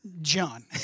John